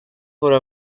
våra